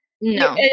No